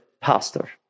pastor